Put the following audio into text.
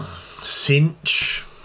cinch